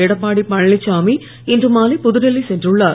எடப்பாடி பழனிசாமி இன்று மாலை புதுடில்லி சென்றுள்ளார்